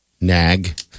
Nag